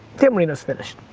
dan marino's finished.